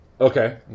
Okay